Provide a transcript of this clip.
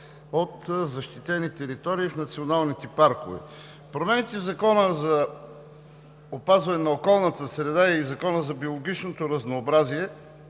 от защитени територии в националните паркове. Промените в Закона за опазване на околната среда и Закона за биологичното разнообразие